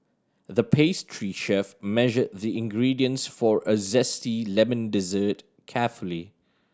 the pastry chef measured the ingredients for a zesty lemon dessert carefully